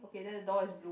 okay then the door is blue